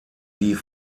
die